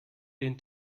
den